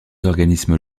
organismes